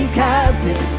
captain